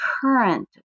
current